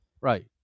Right